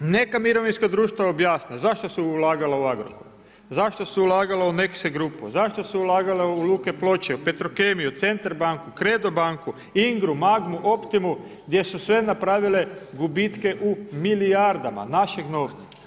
Neka mirovinska društva objasne zašto se ulagalo u Agrokor, zašto se ulagalo u Nexe Grupu, zašto se ulagalo u Luku Ploče, u Petrokemiju, Centar banku, Credo banku, Ingra-u, Magma-u, Optimu gdje su sve napravile gubitke u milijardama našeg novca.